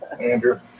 Andrew